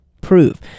prove